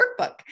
workbook